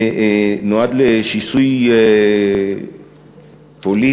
נועד לשיסוי פוליטי.